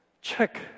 Check